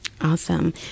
Awesome